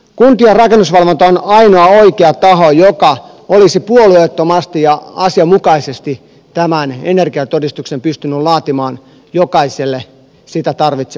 kuntien rakennusvalvonta on ainoa oikea taho joka olisi puolueettomasti ja asianmukaisesti tämän energiatodistuksen pystynyt laatimaan jokaiselle sitä tarvitsevalle